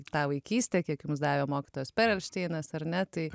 tą vaikystę kiek jums davė mokytojas perelšteinas ar ne tai